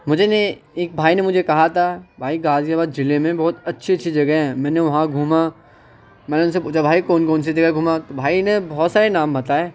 مجھے نے ایک بھائی نے مجھے کہا تھا بھائی غازی آباد ضلعے میں بہت اچّھی اچّھی جگہ ہے میں نے وہاں گھوما میں نے ان سے پوچھا بھائی کون کون سی جگہ گھوما تو بھائی نے بہت سارے نام بتائے